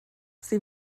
sie